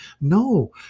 no